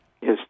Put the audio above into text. Yes